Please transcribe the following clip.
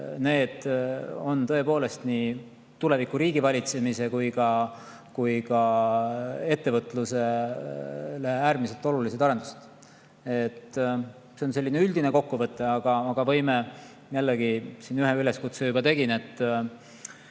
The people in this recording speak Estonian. need on tõepoolest nii tuleviku riigivalitsemisele kui ka ettevõtlusele äärmiselt olulised arendused. See on selline üldine kokkuvõte. Aga jällegi, ühe üleskutse ma juba tegin